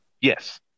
Yes